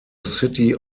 city